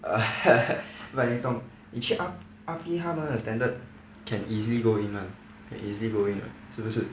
but 你懂你去 R_P 他们的 standard can easily go in [one] can easily go in 的是不是